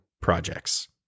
projects